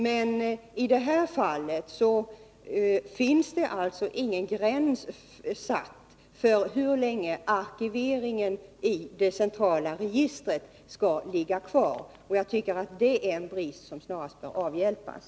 Men i det här fallet finns det alltså ingen gräns satt för hur länge arkiveringen i det centrala registret skall ligga kvar, och jag tycker att det är en brist som snarast bör avhjälpas.